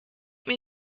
mir